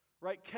Right